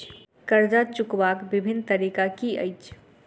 कर्जा चुकबाक बिभिन्न तरीका की अछि?